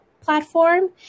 platform